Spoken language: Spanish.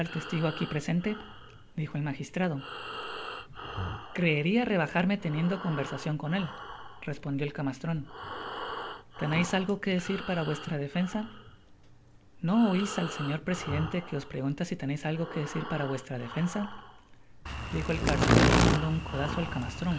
ligo aqui presente dijo el magistrado creeria rebajarme teniendo conversacion con él respondió el camastron teneis algo que decir para vuestra defensa no ois al señor presidente qüe os pregunta si tenéis algo que decir para vuestra defensa dijo el carcelero dando un codazo al